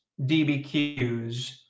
DBQs